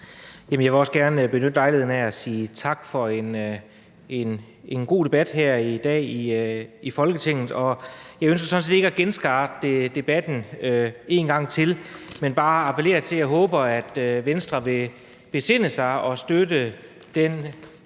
Jeg vil også gerne benytte lejligheden til at sige tak for en god debat her i dag i Folketinget. Jeg ønsker sådan set ikke at genstarte debatten, men bare appellere til, og det håber jeg vil ske, at Venstre vil besinde sig og støtte det